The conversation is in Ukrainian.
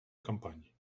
кампаній